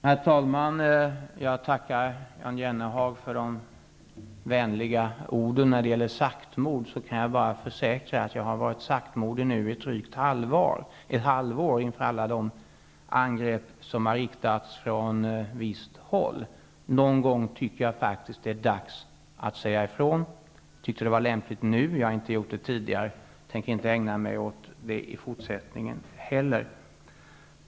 Herr talman! Jag tackar Jan Jennehag för de vänliga orden. När det gäller saktmod kan jag bara försäkra att jag har varit saktmodig i drygt ett halvår inför alla de angrepp som riktats från visst håll. Jag tycker att det faktiskt kan vara dags att säga ifrån någon gång. Jag tyckte att det var lämpligt nu. Jag har inte gjort det tidigare och jag tänker inte ägna mig åt det i fortsättningen heller.